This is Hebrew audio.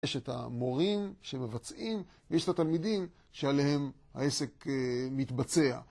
יש את המורים שמבצעים ויש את התלמידים שעליהם העסק מתבצע